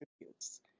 attributes